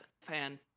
fan